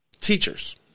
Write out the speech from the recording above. teachers